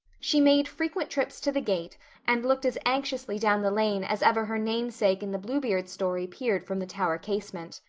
she made frequent trips to the gate and looked as anxiously down the lane as ever her namesake in the bluebeard story peered from the tower casement.